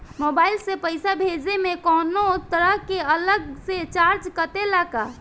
Mobile से पैसा भेजे मे कौनों तरह के अलग से चार्ज कटेला का?